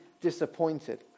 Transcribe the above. disappointed